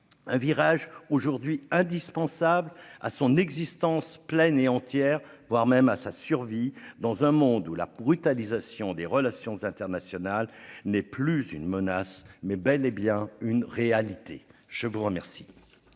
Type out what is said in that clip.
Un virage aujourd'hui indispensable à son existence pleine et entière, voire même à sa survie dans un monde où la brutalisation des relations internationales, n'est plus une menace mais bel et bien une réalité. Je vous remercie.